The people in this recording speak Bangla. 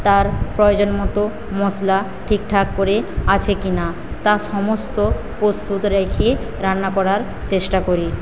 তার প্রয়োজন মতো মশলা ঠিকঠাক করে আছে কি না তা সমস্ত প্রস্তুত রেখেই রান্না করার চেষ্টা করি